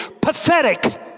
Pathetic